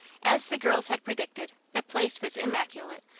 as the girls had predicted, the place was immaculate,